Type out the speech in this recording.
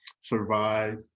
survive